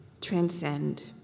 transcend